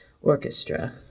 Orchestra